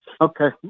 Okay